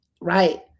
Right